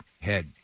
head